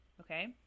Okay